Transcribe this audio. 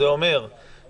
זה אומר שבפסח,